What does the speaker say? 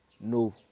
No